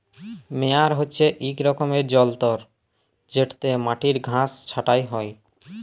মেয়ার হছে ইক রকমের যল্তর যেটতে মাটির ঘাঁস ছাঁটা হ্যয়